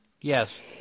Yes